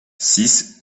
six